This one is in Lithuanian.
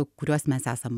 kuriuos mes esam